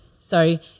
Sorry